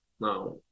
now